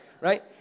Right